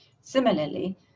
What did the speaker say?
Similarly